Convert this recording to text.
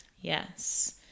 yes